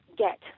get